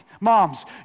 Moms